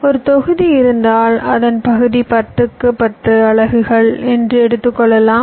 ஒரு தொகுதி இருந்தால் அதன் பகுதி 10 க்கு 10 அலகுகள் என்று எடுத்துக்கொள்ளலாம்